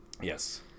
Yes